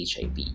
HIV